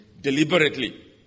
deliberately